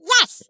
Yes